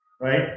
right